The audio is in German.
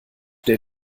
der